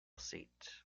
seat